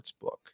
sportsbook